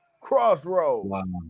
Crossroads